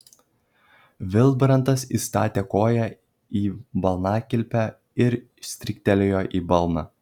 vilbrantas įstatė koją į balnakilpę ir stryktelėjo į balną